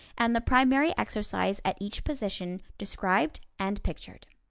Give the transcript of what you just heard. and the primary exercise at each position described and pictured.